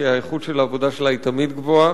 כי האיכות של העבודה שלה תמיד גבוהה.